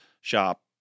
shop